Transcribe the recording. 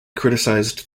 criticized